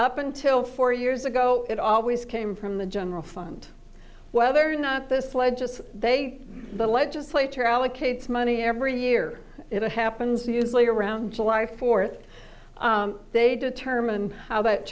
up until four years ago it always came from the general fund whether or not the sled just they the legislature allocates money every year it happens usually around july fourth they determine how